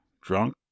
drunk